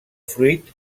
fruit